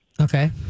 Okay